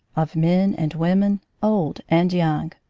of men and women, old and young,